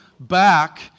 back